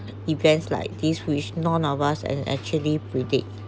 events like these which none of us can actually predict